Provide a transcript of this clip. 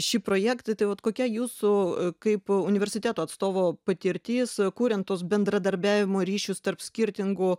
šį projektą tai vat kokia jūsų kaip universiteto atstovo patirtis kuriant tuos bendradarbiavimo ryšius tarp skirtingų